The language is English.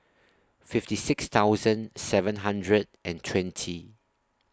fifty six thousand seven hundred and twenty